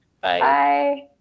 Bye